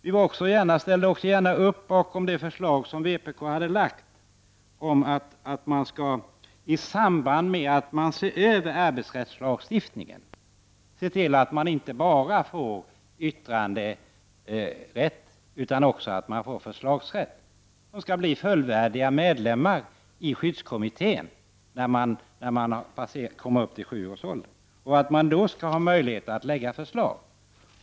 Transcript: Vi har också ställt upp på vpk:s förslag att man i samband med översynen av arbetsrättslagstiftningen skall se till att eleverna inte får bara yttranderätt utan även förslagsrätt. Eleverna skall bli fullvärdiga medlemmar i skyddskommittéerna fr.o.m. årskurs 7. Då skall eleverna även ha möjligheter att lägga fram förslag.